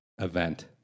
event